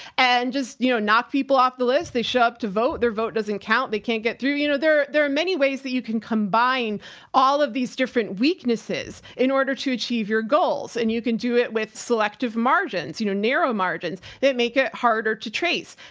and just, you know, knock people off the list, they show up to vote. their vote doesn't count. they can't get through. you know, there, there are many ways that you can combine all of these different weaknesses in order to achieve your goals. and you can do it with selective margins, you know, narrow margins that make it harder to trace.